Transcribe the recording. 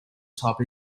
top